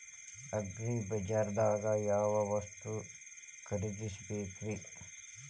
ಅಗ್ರಿಬಜಾರ್ದಾಗ್ ಯಾವ ವಸ್ತು ಖರೇದಿಸಬೇಕ್ರಿ?